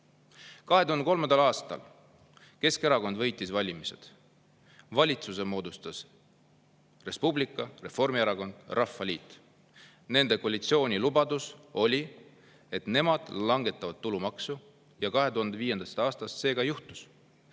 2003. aastal võitis valimised Keskerakond. Valitsuse moodustasid Res Publica, Reformierakond ja Rahvaliit. Nende koalitsiooni lubadus oli, et nemad langetavad tulumaksu, ja 2005. aastast see ka juhtus.